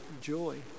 joy